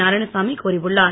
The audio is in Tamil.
நாராயணசாமி கூறியுள்ளார்